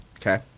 Okay